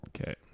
Okay